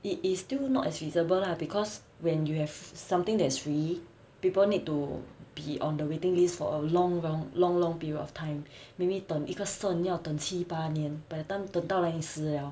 it is still not as feasible lah because when you have something that is free people need to be on the waiting list for a long long long long period of time maybe 等一个肾要等七八年 by the time 等到来你死 liao